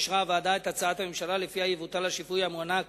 אישרה הוועדה את הצעת הממשלה שלפיה יבוטל השיפוי המוענק